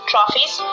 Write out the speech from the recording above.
Trophies